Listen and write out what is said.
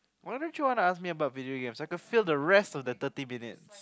why don't you wanna ask me about video games I could fill the rest of the thirty minutes